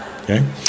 Okay